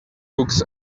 books